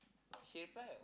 save right